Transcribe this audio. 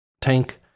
tank